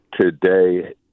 today